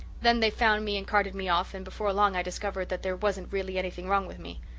then they found me and carted me off and before long i discovered that there wasn't really anything wrong with me.